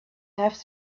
have